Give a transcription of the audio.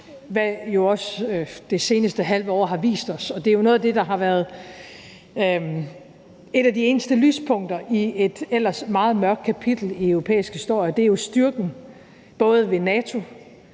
også det seneste halve år har vist os. Og noget af det, der har været et af de eneste lyspunkter i et ellers meget mørkt kapitel i europæisk historie, er jo styrken både ved NATO,